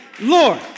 Lord